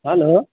hello